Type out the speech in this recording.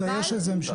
הדיווח.